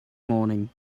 morning